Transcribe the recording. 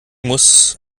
muss